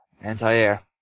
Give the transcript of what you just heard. Anti-air